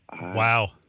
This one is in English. Wow